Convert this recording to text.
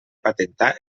patentar